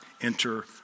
enter